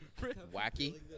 Wacky